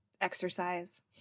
exercise